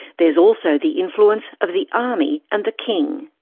there is also the influence of the army and the king.